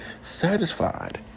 satisfied